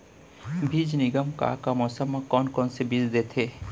बीज निगम का का मौसम मा, कौन कौन से बीज देथे?